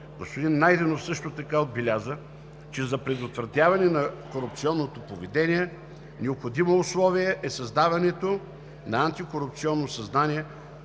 Господин Найденов също така отбеляза, че за предотвратяване на корупционното поведение необходимо условие е създаването на антикорупционно съзнание,